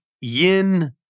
yin